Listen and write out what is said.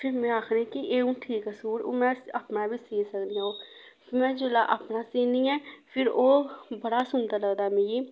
फिर में आखनी कि एह् हून ठीक सूट में अपना बी सीऽ सकनी ओह् फ्ही में जेल्लै अपना सीनी ऐ फिर ओह् बड़ा सुंदर लगदा मिगी